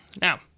Now